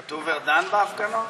כתוב ארדן בהפגנות?